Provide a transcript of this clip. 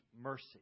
mercy